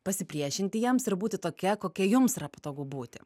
pasipriešinti jiems ir būti tokia kokia jums yra patogu būti